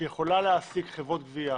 שיכולה להעסיק חברות גבייה